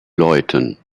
leuten